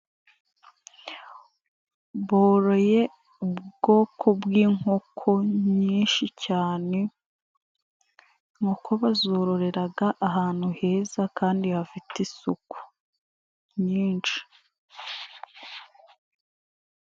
Boroye ubwoko bw'inkoko nyinshi cyane. Inko bazororeraga ahantu heza kandi hafite isuku nyinshi.